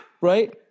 Right